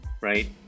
right